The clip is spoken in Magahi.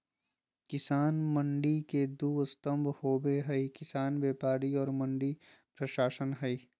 किसान मंडी के दू स्तम्भ होबे हइ किसान व्यापारी और मंडी प्रशासन हइ